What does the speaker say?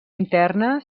interna